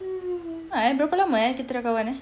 a'ah eh berapa lama eh kita dah kawan